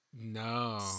no